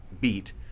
Beat